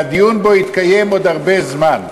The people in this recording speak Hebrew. והדיון בו יתקיים עוד הרבה זמן.